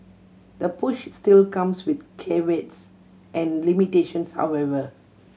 the push still comes with caveats and limitations however